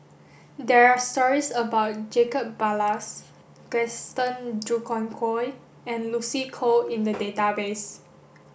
there are stories about Jacob Ballas Gaston Dutronquoy and Lucy Koh in the database